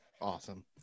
Awesome